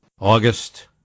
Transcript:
August